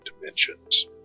dimensions